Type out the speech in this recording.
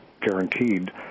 guaranteed